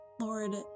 Lord